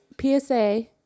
PSA